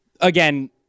again